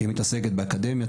שהיא מתעסקת באקדמיה,